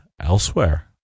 elsewhere